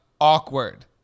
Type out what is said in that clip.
awkward